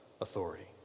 authority